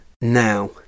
now